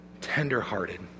Tender-hearted